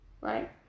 right